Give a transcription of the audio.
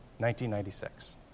1996